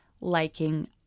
liking